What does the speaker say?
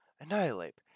Annihilate